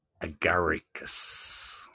Agaricus